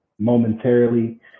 momentarily